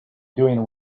doing